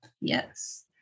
yes